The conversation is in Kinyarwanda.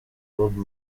bob